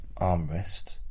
armrest